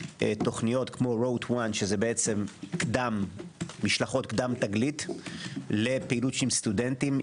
מתוכניות כמו רוט 1 שזה משלחות קדם תגלית לפעילות עם סטודנטים,